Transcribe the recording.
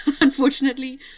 unfortunately